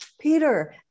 Peter